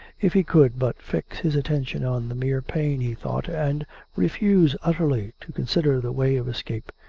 if he could but fix his attention on the mere pain, he thought, and re fuse utterly to consider the way of escape,